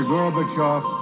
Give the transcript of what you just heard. Gorbachev